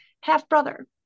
half-brother